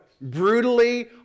Brutally